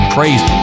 Crazy